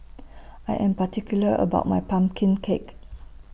I Am particular about My Pumpkin Cake